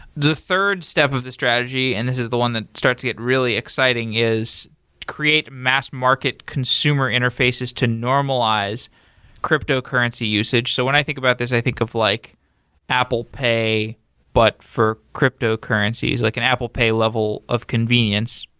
the third step of the strategy, and this is the one that starts to get really exciting is create mass-market consumer interfaces to normalize cryptocurrency usage. so when i think about this, i think of like apple pay but for cryptocurrencies, like and apple pay level of convenience,